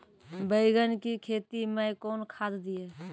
बैंगन की खेती मैं कौन खाद दिए?